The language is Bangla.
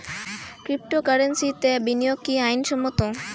ক্রিপ্টোকারেন্সিতে বিনিয়োগ কি আইন সম্মত?